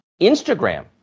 Instagram